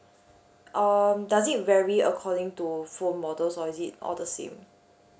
um does it vary according to phone models or is it all the same